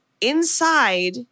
Inside